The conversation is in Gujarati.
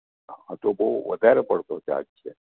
આ તો બહું વધારે પડતો ચાર્જ છે